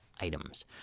items